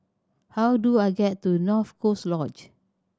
how do I get to North Coast Lodge